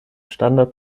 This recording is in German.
standard